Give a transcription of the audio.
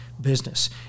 business